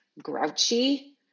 grouchy